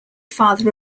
father